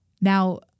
Now